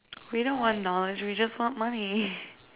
we don't want knowledge we just want money